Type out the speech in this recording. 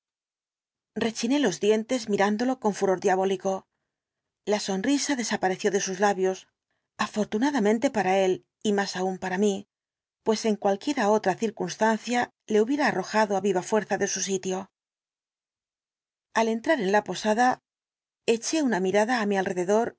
rechiné los dientes mirándolo con furor diabólico la sonrisa desapareció de sus labios afortunadamente para él y más aún para mí pues en cualquiera otra circunstancia le hubiera arrojado á viva fuerza de su sitio al entrar explicación completa del caso en la posada eché una mirada á mi alrededor